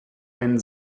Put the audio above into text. einen